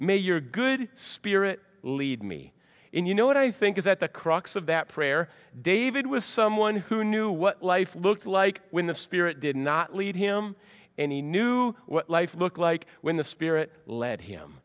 may your good spirit lead me in you know what i think is that the crux of that prayer david was someone who knew what life looks like when the spirit did not lead him and he knew what life looked like when the spirit led him